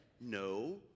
No